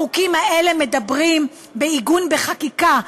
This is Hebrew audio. החוקים האלה מדברים בעיגון בחקיקה.